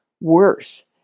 worse